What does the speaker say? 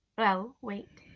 well, wait.